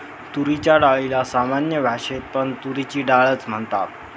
तुरीच्या डाळीला सामान्य भाषेत पण तुरीची डाळ च म्हणतात